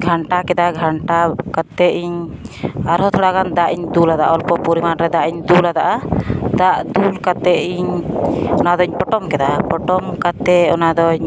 ᱜᱷᱟᱱᱴᱟ ᱠᱮᱫᱟ ᱜᱷᱟᱱᱴᱟ ᱠᱟᱛᱮᱫ ᱤᱧ ᱟᱨᱦᱚᱸ ᱛᱷᱚᱲᱟᱜᱟᱱ ᱫᱟᱜ ᱤᱧ ᱫᱩᱞ ᱟᱫᱟ ᱚᱞᱯᱚ ᱯᱚᱨᱤᱢᱟᱱ ᱨᱮ ᱫᱟᱜ ᱤᱧ ᱫᱩᱞ ᱟᱫᱟ ᱫᱟᱜ ᱫᱩᱞ ᱠᱟᱛᱮᱫ ᱤᱧ ᱚᱱᱟᱫᱩᱧ ᱯᱚᱴᱚᱢ ᱠᱮᱫᱟ ᱯᱚᱴᱚᱢ ᱠᱟᱛᱮᱫ ᱚᱱᱟ ᱫᱩᱧ